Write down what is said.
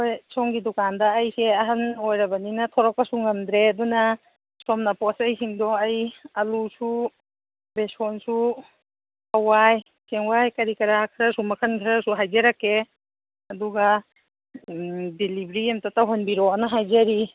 ꯍꯣꯏ ꯁꯣꯝꯒꯤ ꯗꯨꯀꯥꯟꯗ ꯑꯩꯁꯦ ꯑꯍꯟ ꯑꯣꯏꯔꯕꯅꯤꯅ ꯊꯣꯛꯂꯛꯄꯁꯨ ꯉꯝꯗ꯭ꯔꯦ ꯑꯗꯨꯅ ꯁꯣꯝꯅ ꯄꯣꯠ ꯆꯩꯁꯤꯡꯗꯣ ꯑꯩ ꯑꯂꯨꯁꯨ ꯕꯦꯁꯣꯟꯁꯨ ꯍꯋꯥꯏ ꯆꯦꯡꯋꯥꯏ ꯀꯔꯤ ꯀꯔꯥ ꯈꯔꯁꯨ ꯃꯈꯜ ꯈꯔꯁꯨ ꯍꯥꯏꯖꯔꯛꯀꯦ ꯑꯗꯨꯒ ꯗꯤꯂꯤꯕ꯭ꯔꯤ ꯑꯃꯨꯛꯇ ꯇꯧꯍꯟꯕꯤꯔꯛꯑꯣꯅ ꯍꯥꯏꯖꯔꯤ